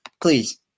Please